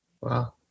Wow